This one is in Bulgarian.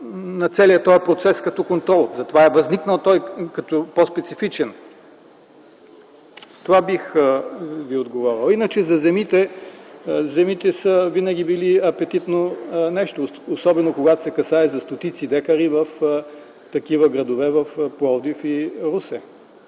на целия този процес като контрол. Затова е възникнал той като по-специфичен. Това бих Ви отговорил. Иначе за земите – те винаги са били нещо апетитно, особено, когато се касае за стотици декари в такива градове като Пловдив и Русе.